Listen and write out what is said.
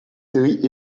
séries